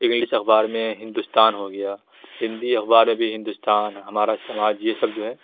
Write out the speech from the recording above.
English اخبار میں ہندوستان ہو گیا ہندی اخبار میں بھی ہندوستان ہمارا سماج یہ سب جو ہے